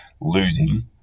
losing